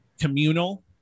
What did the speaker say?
communal